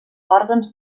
òrgans